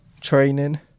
training